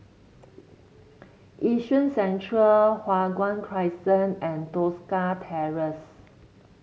Yishun Central Hua Guan Crescent and Tosca Terrace